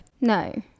No